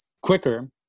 quicker